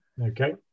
okay